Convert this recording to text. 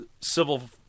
Civil